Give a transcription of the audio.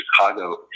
Chicago